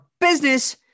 business